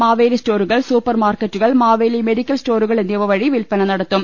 മാവേലി സ്റ്റോറുകൾ സൂപ്പർ മാർക്കറ്റുകൾ മാവേലി മെഡിക്കൽ സ്റ്റോറുകൾ എന്നിവ വഴി വിൽപന നടത്തും